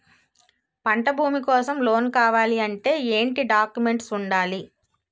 పంట భూమి కోసం లోన్ కావాలి అంటే ఏంటి డాక్యుమెంట్స్ ఉండాలి?